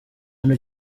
hano